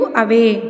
away